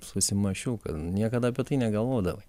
susimąsčiau kad niekada apie tai negalvodavai